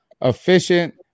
efficient